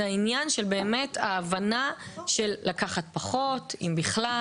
זה העניין של ההבנה שח לקחת פחות אם בכלל